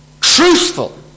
truthful